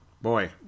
Boy